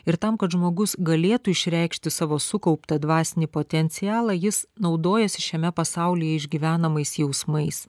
ir tam kad žmogus galėtų išreikšti savo sukauptą dvasinį potencialą jis naudojasi šiame pasauly išgyvenamais jausmais